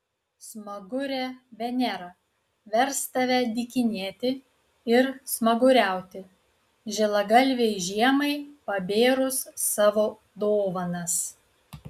smagurė venera vers tave dykinėti ir smaguriauti žilagalvei žiemai pabėrus savo dovanas